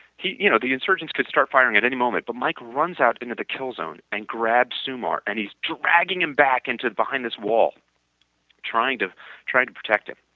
you know the insurgents could start firing at any moment, but mike runs out into the kill zone and grabs sumar and he is dragging him back into behind this wall trying to trying to protect him.